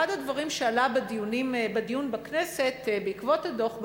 אחד הדברים שעלה בדיון בכנסת בעקבות הדוח,